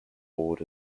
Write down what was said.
ward